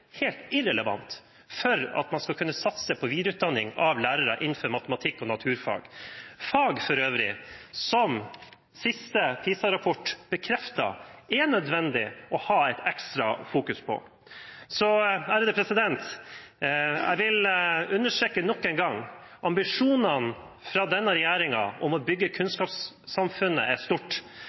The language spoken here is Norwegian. helt irrelevant for at man skal kunne satse på videreutdanning av lærere innenfor matematikk og naturfag – fag som siste PISA-rapport for øvrig bekreftet at det er nødvendig å ha et ekstra fokus på. Jeg vil understreke nok en gang at ambisjonene for denne regjeringen om å bygge kunnskapssamfunnet er